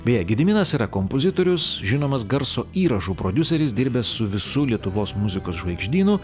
beje gediminas yra kompozitorius žinomas garso įrašų prodiuseris dirbęs su visu lietuvos muzikos žvaigždynu